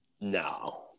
No